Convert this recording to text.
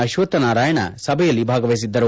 ಅಶ್ವತ್ತ ನಾರಾಯಣ ಸಭೆಯಲ್ಲಿ ಭಾಗವಹಿಸಿದ್ದರು